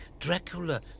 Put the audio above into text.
Dracula